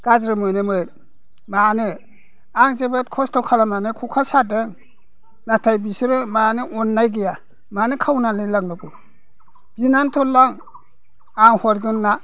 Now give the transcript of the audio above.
गाज्रि मोनो मोन मानो आं जोबोद खस्थ' खालामनानै खखा सादों नाथाय बिसोरो मानो अननाय गैया मानो खावनानै लांनांगौ बिनानैथ' लां आं हरगोन ना